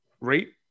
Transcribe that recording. rate